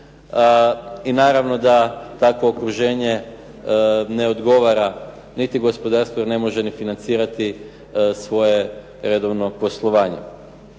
I naravno da takvo okruženje ne odgovara niti gospodarstvu jer ne može ni financirati svoje redovno poslovanje.